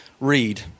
read